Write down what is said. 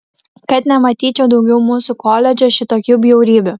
kad nematyčiau daugiau mūsų koledže šitokių bjaurybių